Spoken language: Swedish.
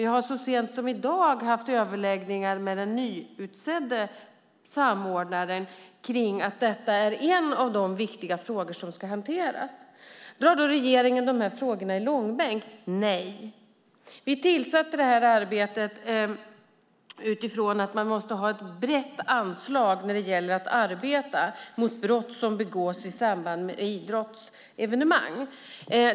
Jag har så sent som i dag haft överläggningar med den nyutsedde samordnaren kring att detta är en av de viktiga frågor som ska hanteras. Drar då regeringen dessa frågor i långbänk? Nej! Vi tillsatte det här arbetet utifrån att man måste ha ett brett anslag när det gäller att arbeta mot brott som begås i samband med idrottsevenemang.